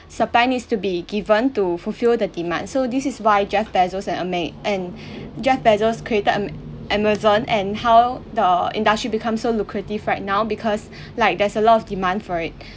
supply needs to be given to fulfil the demand so this is why jeff bezos and ama~ and jeff bezos created ama~ amazon and how the industry become so lucrative right now because like there's a lot of demand for it